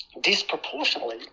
disproportionately